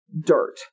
dirt